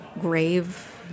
grave